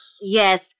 Yes